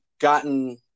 gotten